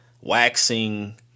waxing